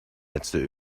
letzte